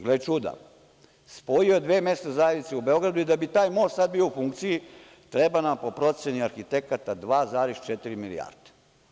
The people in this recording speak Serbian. Gle čuda, spojio je dve mesne zajednice u Beogradu i da bi taj most sada bio u funkciji, treba nam, po proceni arhitekata, 2,4 milijarde.